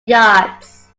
yards